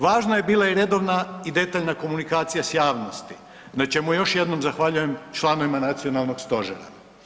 Važno je bilo i redovna i detaljna komunikacija s javnosti, na čemu još jednom zahvaljujem članovima Nacionalnog stožera.